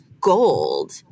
gold